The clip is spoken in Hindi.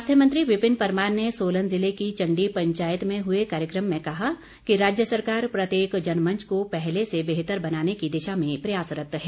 स्वास्थ्य मंत्री विपिन परमार ने सोलन जिले की चण्डी पंचायत में हुए कार्यक्रम में कहा कि राज्य सरकार प्रत्येक जनमंच को पहले से बेहतर बनाने की दिशा में प्रयासरत है